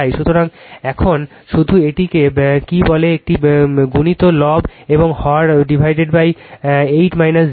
সুতরাং এখন শুধু এটিকে কী বলে এক গুণিত লব এবং হর8 j 6